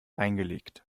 reingelegt